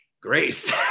Grace